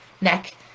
neck